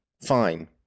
fine